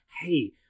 hey